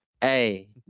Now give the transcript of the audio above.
Hey